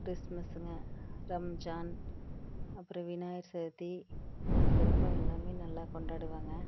கிறிஸ்மஸ்ஸுங்க ரம்ஜான் அப்புறம் விநாயகர் சதுர்த்தி இதெல்லாம் சிறப்பாக எல்லாமே நல்லா கொண்டாடுவாங்க